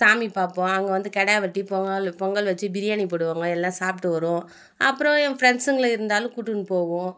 சாமி பார்ப்போம் அங்கே வந்து கிடா வெட்டி பொங்கல் பொங்கல் வைச்சு பிரியாணி போடுவாங்க எல்லாம் சாப்பிட்டு வருவோம் அப்புறம் என் ஃப்ரண்ட்ஸுங்களும் இருந்தாலும் கூட்டுன்னு போவோம்